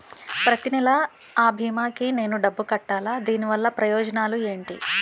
ప్రతినెల అ భీమా కి నేను డబ్బు కట్టాలా? దీనివల్ల ప్రయోజనాలు ఎంటి?